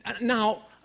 Now